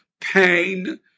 pain